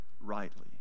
rightly